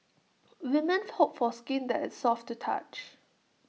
women hope for skin that is soft to touch